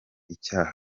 icyaha